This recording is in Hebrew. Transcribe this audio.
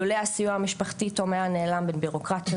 לולא הסיוע המשפחתי תום היה נעלם בבירוקרטיות,